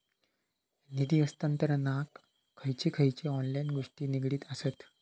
निधी हस्तांतरणाक खयचे खयचे ऑनलाइन गोष्टी निगडीत आसत?